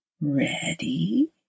Ready